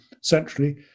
centrally